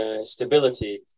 stability